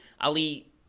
Ali